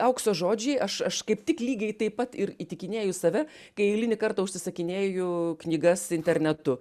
aukso žodžiai aš aš kaip tik lygiai taip pat ir įtikinėju save kai eilinį kartą užsisakinėju knygas internetu